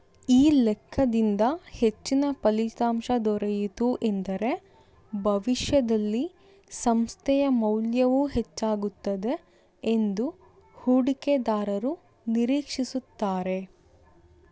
ಈ ಲೆಕ್ಕದಿಂದ ಹೆಚ್ಚಿನ ಫಲಿತಾಂಶ ದೊರೆಯಿತು ಎಂದರೆ ಭವಿಷ್ಯದಲ್ಲಿ ಸಂಸ್ಥೆಯ ಮೌಲ್ಯವು ಹೆಚ್ಚಾಗುತ್ತದೆ ಎಂದು ಹೂಡಿಕೆದಾರರು ನಿರೀಕ್ಷಿಸುತ್ತಾರೆ